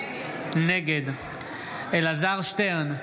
נגד אלעזר שטרן,